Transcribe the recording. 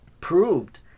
proved